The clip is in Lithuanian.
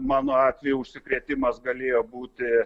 mano atveju užsikrėtimas galėjo būti